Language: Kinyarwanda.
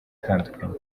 itandukanye